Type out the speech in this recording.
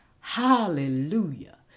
hallelujah